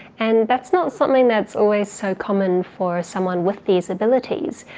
and that's not something that's always so common for someone with these abilities.